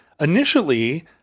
initially